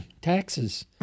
taxes